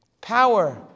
power